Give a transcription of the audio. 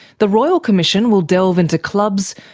the royal commission will delve into clubs,